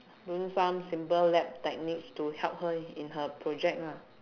doing some simple lab techniques to help her in her project lah